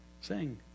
Sing